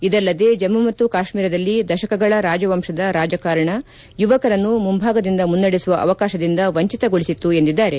ಇದಲ್ಲದೆ ಜಮ್ನು ಮತ್ತು ಕಾಶ್ಮೀರದಲ್ಲಿ ದಶಕಗಳ ರಾಜವಂಶದ ರಾಜಕಾರಣ ಯುವಕರನ್ನು ಮುಂಭಾಗದಿಂದ ಮುನ್ನಡೆಸುವ ಅವಕಾಶದಿಂದ ವಂಚಿತಗೊಳಿಸಿತ್ತು ಎಂದಿದ್ದಾರೆ